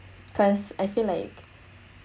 cause I feel like